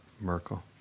Merkel